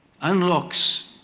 unlocks